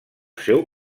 seu